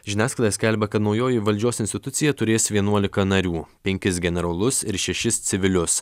žiniasklaida skelbia kad naujoji valdžios institucija turės vienuolika narių penkis generolus ir šešis civilius